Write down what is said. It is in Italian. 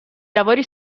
lavori